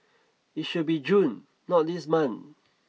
it should be June not this month